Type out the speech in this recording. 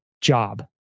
job